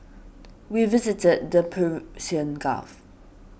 we visited the Persian Gulf